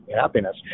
happiness